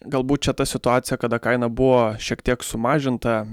galbūt čia ta situacija kada kaina buvo šiek tiek sumažinta